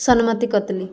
ସନ୍ମତି କତ୍ଲୀ